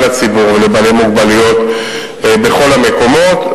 הציבור ולבעלי מוגבלות בכל המקומות.